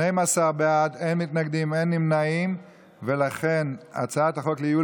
רצונה להחיל דין רציפות על הצעת חוק לייעול